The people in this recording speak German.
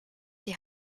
die